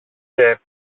και